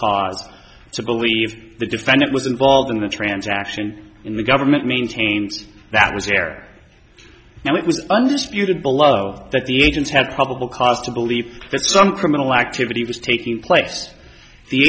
cause to believe the defendant was involved in the transaction in the government maintains that was there now it was undisputed below that the agents have probable cause to believe that some criminal activity was taking place the